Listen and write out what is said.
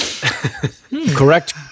Correct